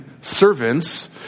servants